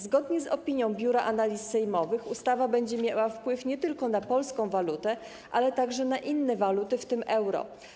Zgodnie z opinią Biura Analiz Sejmowych ustawa będzie miała wpływ nie tylko na polską walutę, ale także na inne waluty, w tym euro.